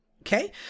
Okay